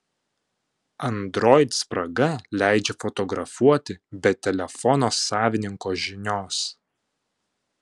android spraga leidžia fotografuoti be telefono savininko žinios